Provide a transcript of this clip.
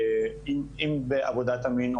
אם בעבודת המין,